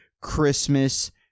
Christmas